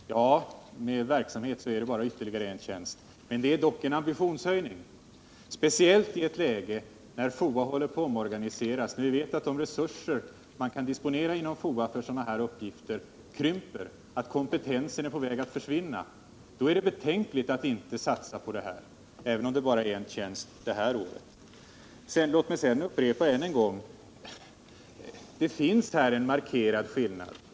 Ja, när det gäller verksamheten blir det bara ytterligare en tjänst. Men det innebär dock en ambitionshöjning, speciellt i ett läge då FOA håller på att omorganiseras och då vi vet att de resurser FOA kan disponera för sådana här uppgifter krymper och kompetensen är på väg att försvinna. I det läget är det betänkligt att inte göra denna satsning, även om den det här året bara ger en tjänst. Låt mig sedan än en gång upprepa att det här finns en markerad skillnad.